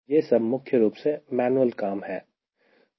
यह सब मुख्य रूप से मैनुअल काम है